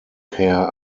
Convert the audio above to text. herr